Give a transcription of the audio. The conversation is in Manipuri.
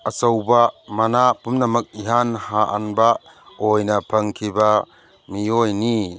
ꯑꯆꯧꯕ ꯃꯅꯥ ꯄꯨꯝꯅꯃꯛ ꯏꯍꯥꯟ ꯍꯥꯟꯕ ꯑꯣꯏꯅ ꯐꯪꯈꯤꯕ ꯃꯤꯑꯣꯏꯅꯤ